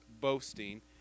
boasting